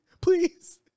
Please